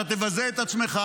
אתה תבזה את עצמך,